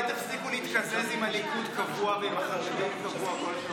אולי תפסיקו להתקזז עם הליכוד קבוע ועם החרדים קבוע כל שבוע?